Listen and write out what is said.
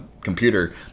computer